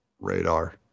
Radar